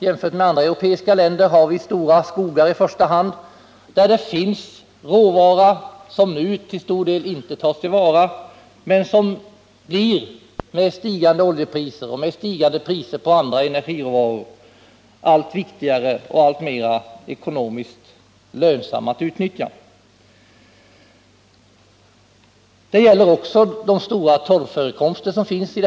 Jämfört med andra europeiska länder har vi stora skogar, där det finns råvara vilken nu till stor del inte tas till vara men som med stigande priser på olja och andra energiråvaror blir allt viktigare och alltmer ekonomiskt lönsamma att utnyttja. Det gäller också de stora torvförekomsterna i detta land.